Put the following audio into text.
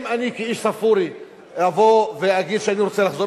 אם אני כאיש סאפורי אומר שאני רוצה לחזור,